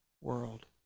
world